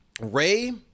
ray